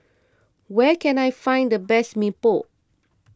where can I find the best Mee Pok